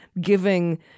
giving